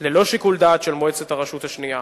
ללא שיקול דעת של מועצת הרשות השנייה.